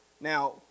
Now